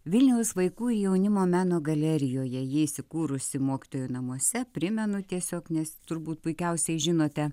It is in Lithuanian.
vilniaus vaikų jaunimo meno galerijoje ji įsikūrusi mokytojų namuose primenu tiesiog nes turbūt puikiausiai žinote